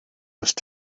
must